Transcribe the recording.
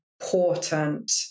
important